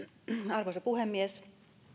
arvoisa puhemies